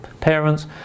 parents